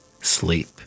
sleep